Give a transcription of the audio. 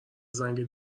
زنگ